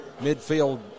midfield